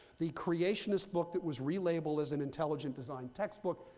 the creationist book that was relabeled as an intelligent design textbook.